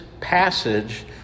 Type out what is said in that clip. passage